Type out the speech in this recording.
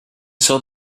saw